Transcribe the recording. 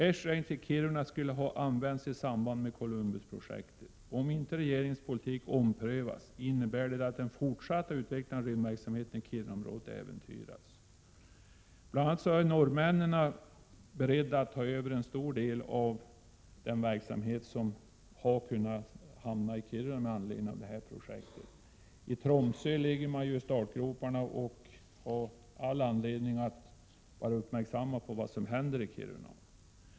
Esrange i Kiruna skulle ha använts i samband med Columbusprojektet, och om inte regeringens politik omprövas innebär det att den fortsatta utvecklingen av rymdverksamheten i Kirunaområdet äventyras. Norrmännen är beredda att ta över en stor del av den verksamhet som hade kunnat hamna i Kiruna i anledning av detta projekt. I Tromsö ligger man i startgroparna och har all anledning att vara uppmärksam på vad som händer i Kiruna.